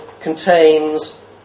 contains